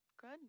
good